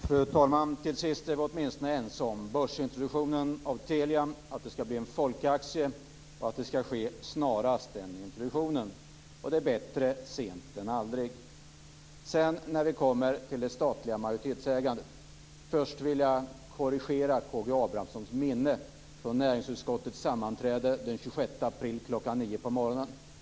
Fru talman! Till sist är vi åtminstone ense om börsintroduktionen av Telia, att det ska bli en folkaktie och att introduktionen ska ske snarast. Det är bättre sent än aldrig. Sedan kommer vi till det statliga majoritetsägandet. Först vill jag korrigera K G Abramsson minne från näringsutskottets sammanträde den 26 april kl. 9 på morgonen.